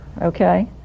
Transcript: okay